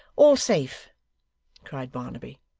all safe cried barnaby.